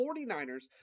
49ers